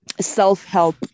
self-help